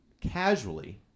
casually